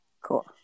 Cool